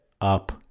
up